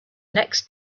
next